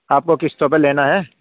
آپ کو قسطوں پہ لینا ہے